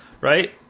Right